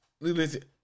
Listen